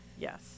Yes